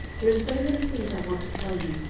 there are so many things i want to tell you,